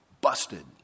busted